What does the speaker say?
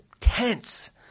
tense